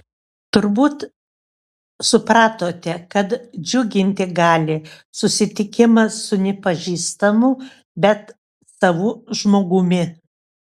turbūt supratote kad džiuginti gali susitikimas su nepažįstamu bet savu žmogumi